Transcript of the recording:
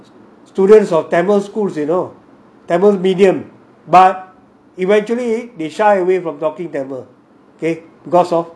students of tamil schools you know tamil medium but eventually they shy away from talking tamil okay because of